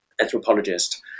anthropologist